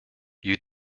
you